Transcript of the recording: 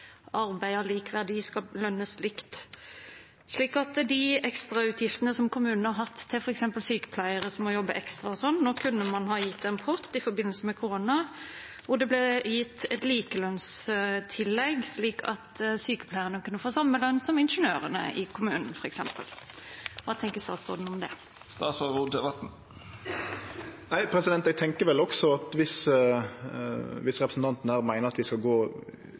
verdi skal lønnes likt. Kommunene har hatt ekstrautgifter f.eks. til sykepleiere som må jobbe ekstra. Nå kunne man gitt en pott i forbindelse med korona til et likelønnstillegg, slik at sykepleierne kunne få samme lønn som f.eks. ingeniørene i kommunen. Hva tenker statsråden om det? Eg tenkjer vel at om representanten her meiner at vi skal gå